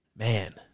man